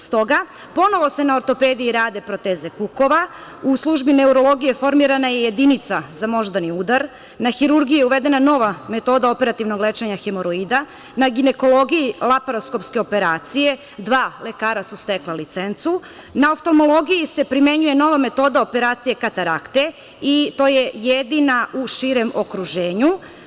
Stoga, ponovo se na ortopediji rade proteze kukova, u službi neurologije formirana je jedinica za moždani udar, na hirurgiji je uvedena nova metoda operativnog lečenja hemoroida, na ginekologiji laparoskopske operacije, dva lekara su stekla licencu, na oftamologiji se primenjuje nova metoda operacije katarakte, i to je jedina u širem okruženju.